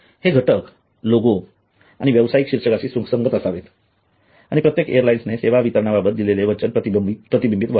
हे घटक लोगो आणि व्यवसाईक शीर्षकाशी सुसंगत असावे आणि प्रत्येक एअरलाइन्सने सेवा वितरणाबाबत दिलेले वचन प्रतिबिंबित व्हावे